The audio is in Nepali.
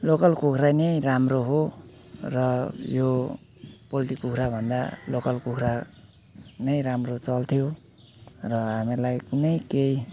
लोकल कुखुरा नै राम्रो हो र यो पोल्ट्री कुखुरा भन्दा लोकल कुखुरा नै राम्रो चल्थ्यो र हामीहरूलाई कुनै केही